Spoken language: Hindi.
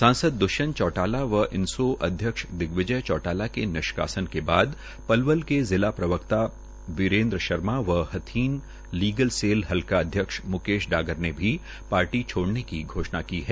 सांसद दृष्यंत चौटाला व इनसों अध्यक्ष दिग्विजय चौटाला के निष्कासन के बाद पलवल के जिला प्रवक्ता वीरेन्द्र शर्मा व हथीन लीगल सेल हलका अध्यक्ष म्केश डागर ने भी पार्टी छोड़ने की घोषणा की है